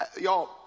Y'all